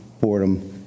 boredom